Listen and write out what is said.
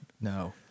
No